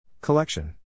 Collection